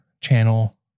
channel